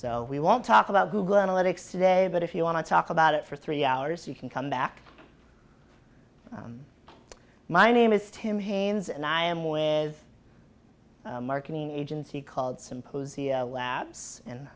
so we won't talk about google analytics today but if you want to talk about it for three hours you can come back my name is tim haynes and i am with marketing agency called symposia labs in